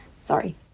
Sorry